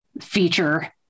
feature